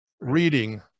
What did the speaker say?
reading